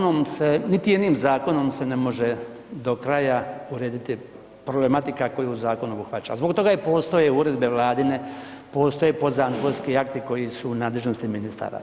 Niti jednim zakonom se ne može do kraja urediti problematika koju zakon obuhvaća i zbog toga postoje uredbe vladine, postoje podzakonski akti koje su u nadležnosti ministara.